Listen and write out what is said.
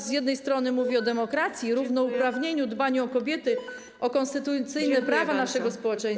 Z jednej strony mówi o demokracji i równouprawnieniu, dbaniu o kobiety, o konstytucyjne prawa naszego społeczeństwa.